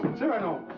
cyrano!